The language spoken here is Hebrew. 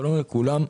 שלום לכולם.